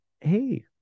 Hey